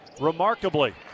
Remarkably